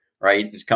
Right